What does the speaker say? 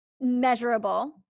measurable